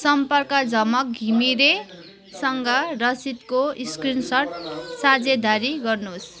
सम्पर्क झमक घिमिरेसँग रसिदको स्क्रिनसट साझेदारी गर्नुहोस्